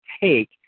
take